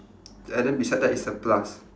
and then beside that is a plus